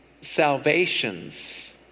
salvations